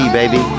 baby